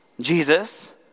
Jesus